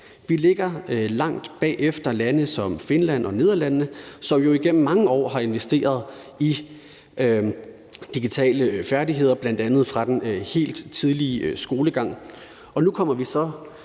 Vi ligger langt bagefter lande som Finland og Nederlandene, som jo igennem mange år har investeret i digitale færdigheder, bl.a. fra den helt tidlige skolegang. Og nu kommer vi så